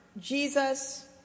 Jesus